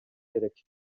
керек